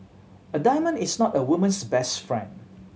a diamond is not a woman's best friend